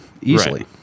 easily